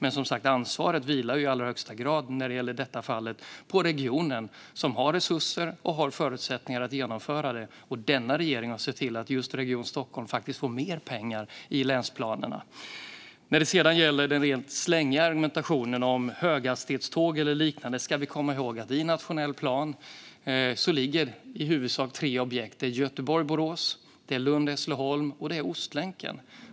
Ansvaret vilar som sagt i allra högsta grad på, i detta fall, regionen. Den har resurser och förutsättningar att genomföra det här. Regeringen har sett till att just Region Stockholm får mer pengar i länsplanerna. När det gäller den slängiga argumentationen om höghastighetståg och liknande ska vi komma ihåg att i den nationella planen finns i huvudsak tre objekt. Det är Göteborg-Borås, Lund-Hässleholm och Ostlänken.